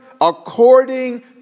according